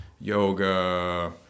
yoga